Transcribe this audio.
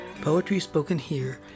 poetryspokenhere